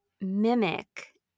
mimic